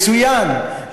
מצוין,